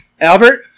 Albert